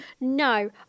no